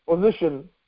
position